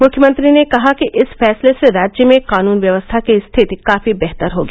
मुख्यमंत्री ने कहा कि इस फैसले से राज्य में कानून व्यवस्था की स्थिति काफी बेहतर होगी